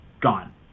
gone